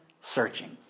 searching